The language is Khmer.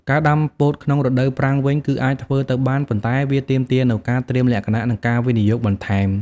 ការដាំពោតក្នុងរដូវប្រាំងវិញគឺអាចធ្វើទៅបាន ប៉ុន្តែវាទាមទារនូវការត្រៀមលក្ខណៈ និងការវិនិយោគបន្ថែម។